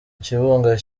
kibuga